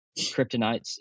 kryptonites